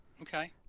Okay